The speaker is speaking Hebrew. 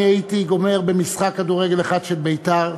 אני הייתי גומר במשחק כדורגל אחד של "בית"ר",